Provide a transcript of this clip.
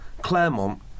Claremont